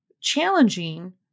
challenging